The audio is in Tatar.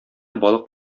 балык